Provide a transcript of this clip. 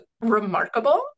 remarkable